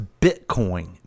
Bitcoin